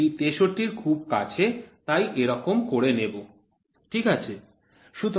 এটি ৬৩ এর খুব কাজে তাই এরকম করে নেব ঠিক আছে